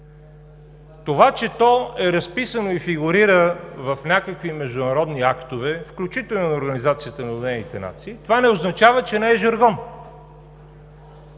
това, че то е разписано и фигурира в някакви международни актове, включително и на Организацията на обединените нации, не означава, че не е жаргон.